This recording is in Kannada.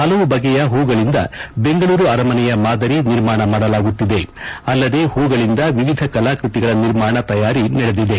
ಹಲವು ಬಗೆಯ ಹೂಗಳಿಂದ ಬೆಂಗಳೂರು ಅರಮನೆಯ ಮಾದರಿ ನಿರ್ಮಾಣ ಮಾಡಲಾಗುತ್ತಿದೆ ಅಲ್ಲದೆ ಹೂಗಳಿಂದ ವಿವಿಧ ಕಲಾ ಕೃತಿಗಳ ನಿರ್ಮಾಣ ತಯಾರಿ ನಡೆದಿದೆ